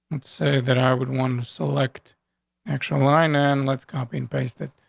let's say that i would want to select actual line and let's copy and paste it.